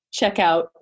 checkout